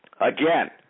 Again